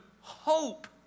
hope